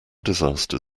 disaster